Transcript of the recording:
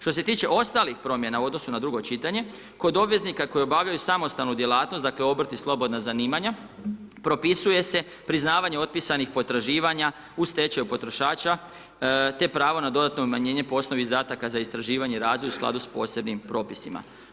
Što se tiče ostalih promjena u odnosu na drugo čitanje, kod obveznika koje obavljaju samostalnu djelatnost, dakle obrt i slobodna zanimanja propisuje se priznavanje otpisanih potraživanja u stečaju potrošača te pravo na dodatno umanjenje po osnovi izdataka za istraživanje i razvoj u skladu sa posebnim propisima.